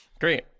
Great